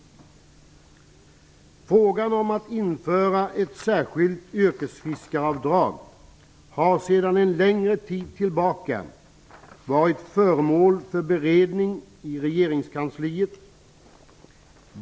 Frågan om att införa ett särskilt yrkesfiskaravdrag har sedan en längre tid tillbaka varit föremål för beredning i regeringskansliet.